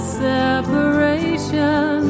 separation